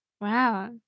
Wow